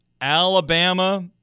alabama